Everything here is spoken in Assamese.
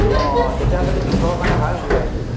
অঁ তেতিয়াহ'লেতো কৃষকৰ কাৰণে ভাল সুবিধা সেইটো